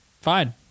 Fine